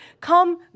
come